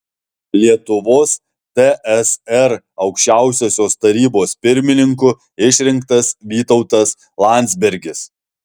lietuvos tsr aukščiausiosios tarybos pirmininku išrinktas vytautas landsbergis